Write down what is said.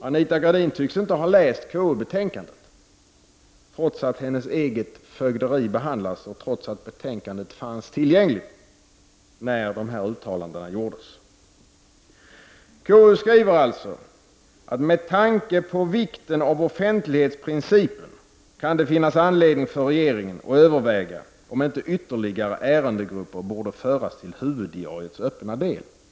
Anita Gradin tycks inte ha läst KU-betänkandet, trots att hennes eget fögderi behandlas och trots att betänkandet fanns tillgängligt när de här uttalandena gjordes. KU skriver alltså att med tanke på vikten av offentlighetsprincipen kan det finnas anledning för regeringen att överväga om inte ytterligare ärendegrupper borde föras till huvuddiariets öppna del.